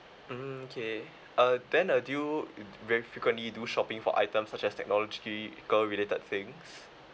mm okay uh then uh do you very frequently do shopping for items such as technologically related things